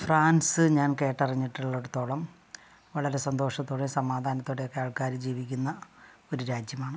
France ഞാൻ കേട്ടറിഞ്ഞിട്ടുള്ളടുത്തോളം വളരെ സന്തോഷത്തോടെ സമാധാനത്തോടെയൊക്കെ ആൾക്കാർ ജീവിക്കുന്ന ഒരു രാജ്യമാണ്